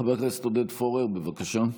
חבר הכנסת עודד פורר, בבקשה.